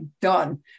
done